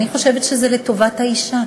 אני חושבת שזה לטובת האישה.